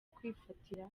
kwifatira